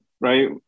right